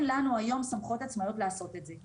לנו היום סמכויות עצמאיות לעשות את זה.